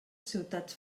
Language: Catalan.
ciutats